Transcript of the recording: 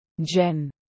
Jen